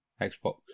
Xbox